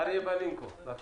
אריה בלינקו, בבקשה.